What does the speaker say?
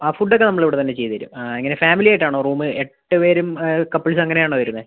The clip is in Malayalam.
ആ ഫുഡ് ഒക്കെ നമ്മൾ ഇവിടിന്നന്നെ ചെയ്ത് തരും ആ എങ്ങനെ ഫാമിലി ആയിട്ട് ആണോ റൂമ് എട്ട് പേരും കപ്പിൾസ് അങ്ങനെ ആണോ വരുന്നത്